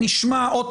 עוד.